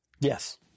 Yes